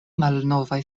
malnovaj